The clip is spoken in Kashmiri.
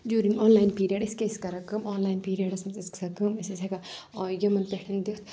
جوٗرِنگ آنلایِن پیٖرِیَڈ أسۍ کیاہ ٲسۍ کَران کٲم آنلایِن پیٖرِیَڈَس منز ٲس گژھان کٲم أسۍ ٲسۍ ہؠکان یِمَن پؠٹھ دِتھ